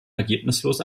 ergebnislos